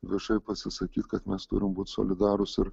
viešai pasisakyt kad mes turim būt solidarūs ir